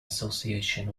association